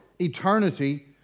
eternity